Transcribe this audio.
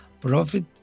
profit